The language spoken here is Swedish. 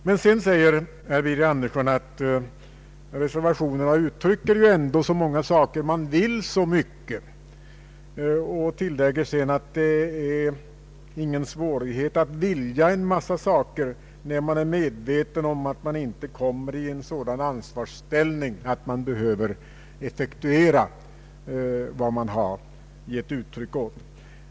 Men sedan sade herr Andersson att reservationerna ger uttryck för så många saker, och han tillägger att det inte är så svårt att vilja en massa saker när man är medveten om att man inte kommer i en sådan ansvarsställning att man behöver effektuera vad man gett uttryck åt.